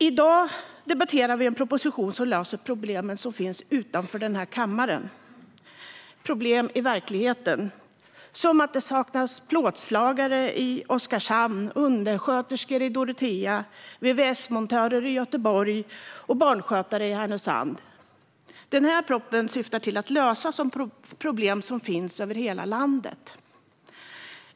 I dag debatterar vi en proposition som löser problem som finns utanför den här kammaren - problem i verkligheten. Det handlar till exempel om att det saknas plåtslagare i Oskarshamn, undersköterskor i Dorotea, vvs-montörer i Göteborg och barnskötare i Härnösand. Den här propositionen syftar till att lösa problem som finns över hela landet.